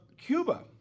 Cuba